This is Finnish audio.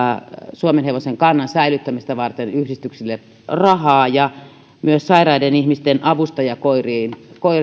suomenhevoskannan säilyttämistä varten rahaa ja myös sairaiden ihmisten avustajakoirien